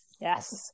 Yes